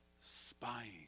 spying